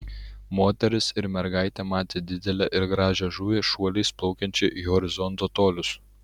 moteris ir mergaitė matė didelę ir gražią žuvį šuoliais plaukiančią į horizonto tolius